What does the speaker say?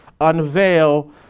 unveil